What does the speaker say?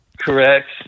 Correct